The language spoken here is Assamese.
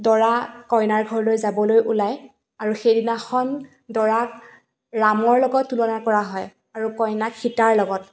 দৰা কইনাৰ ঘৰলৈ যাবলৈ ওলায় আৰু সেইদিনাখন দৰাক ৰামৰ লগত তুলনা কৰা হয় আৰু কইনাক সীতাৰ লগত